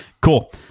cool